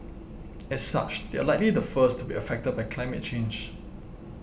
as such they are likely the first to be affected by climate change